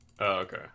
okay